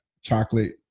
chocolate